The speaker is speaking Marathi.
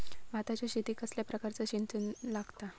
भाताच्या शेतीक कसल्या प्रकारचा सिंचन लागता?